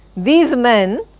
these men